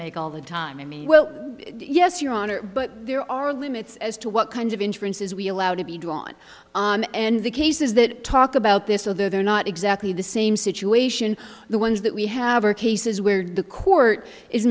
make all the time i mean well yes your honor but there are limits as to what kind of insurances we allow to be drawn and the cases that talk about this so they're not exactly the same situation the ones that we have are cases where the court is